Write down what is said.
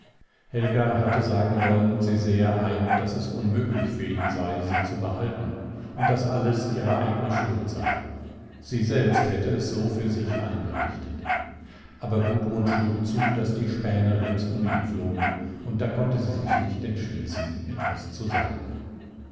helga hatte sagen wollen sie sähe ein daß es unmöglich für ihn sei sie zu behalten und daß alles ihre eigne schuld sei sie selbst hätte es so für sich eingerichtet aber gudmund schlug zu daß die späne rings um ihn flogen und da konnte sie sich nicht entschließen etwas zu sagen